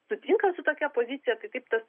sutinka su tokia pozicija tai taip tas